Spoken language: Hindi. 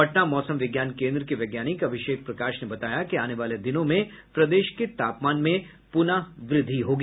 पटना मौसम विज्ञान केन्द्र के वैज्ञानिक अभिषेक प्रकाश ने बताया कि आने वाले दिनों में प्रदेश के तापमान में पुनः वृद्धि होगी